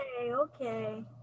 okay